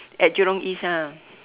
at jurong east ah